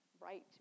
right